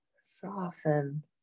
soften